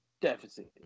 deficit